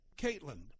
Caitlin